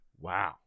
wow